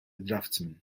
draftsman